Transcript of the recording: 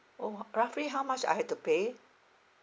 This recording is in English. orh roughly how much I have to pay